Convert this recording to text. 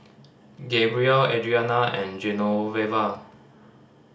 Gabrielle Adriana and Genoveva